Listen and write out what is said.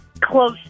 close